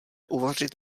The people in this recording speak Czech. uvařit